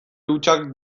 hutsak